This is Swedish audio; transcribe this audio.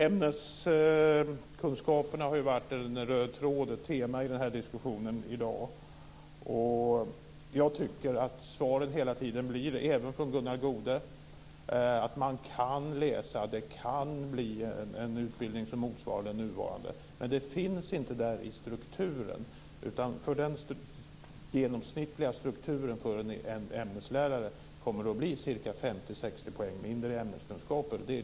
Ämneskunskaperna har varit ett tema i diskussionen i dag. Svaren har blivit att det kan bli en utbildning som motsvarar den nuvarande. Det gäller även svaren från Gunnar Goude. Men ämneskunskaperna finns inte med i strukturen. Med den genomsnittliga strukturen kommer en ämneslärare att få 50-60 poäng mindre av ämneskunskaper.